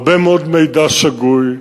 הרבה מאוד מידע שגוי,